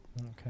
Okay